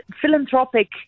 philanthropic